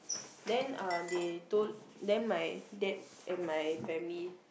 then uh they told then my dad and my family